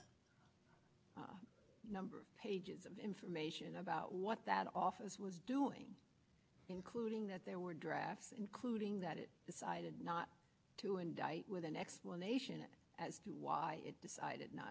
information about what that office was doing including that there were drafts including that it decided not to indict with an explanation as to why decided not to and yes that's why i'm trying to focus